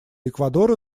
эквадора